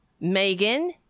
Megan